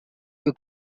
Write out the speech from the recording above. you